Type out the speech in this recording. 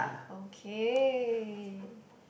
okay